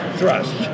thrust